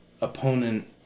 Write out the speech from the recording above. opponent